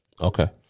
Okay